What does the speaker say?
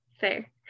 Fair